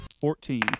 Fourteen